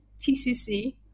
TCC